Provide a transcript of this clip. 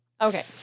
Okay